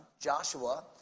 Joshua